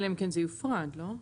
אלא אם כן זה יופרד, לא?